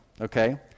okay